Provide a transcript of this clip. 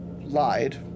lied